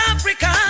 Africa